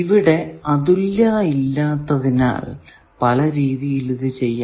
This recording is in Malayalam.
ഇവിടെ യുണിക്നെസ് ഇല്ലാത്തതിനാൽ പല രീതിയിൽ ഇത് ചെയ്യാം